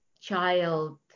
child